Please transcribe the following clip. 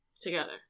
together